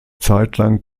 zeitlang